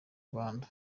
rwanda